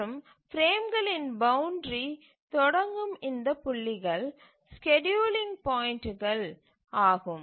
மற்றும் பிரேம்களின் பவுண்டரி தொடங்கும் இந்த புள்ளிகள் ஸ்கேட்யூலிங் பாயிண்ட்டுகள் ஆகும்